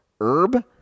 Herb